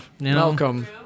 Welcome